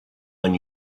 when